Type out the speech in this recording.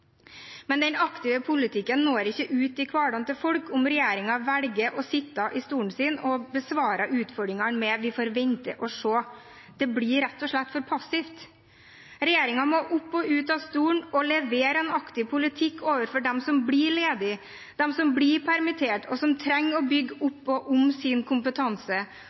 Men den aktive politikken når ikke ut i hverdagen til folk om regjeringen velger å sitte i stolen og besvare utfordringene med at vi får vente og se. Det blir rett og slett for passivt. Regjeringen må opp og ut av stolen og levere en aktiv politikk til de som blir ledige, til de som blir permittert og trenger å bygge opp om sin kompetanse.